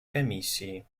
комиссии